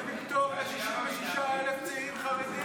אתם לא מקדמים פטור ל-66,000 צעירים חרדים?